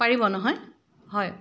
পাৰিব নহয় হয়